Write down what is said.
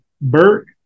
Burke